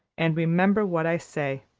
and remember what i say.